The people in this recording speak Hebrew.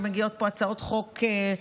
שמגיעות פה הצעות חוק,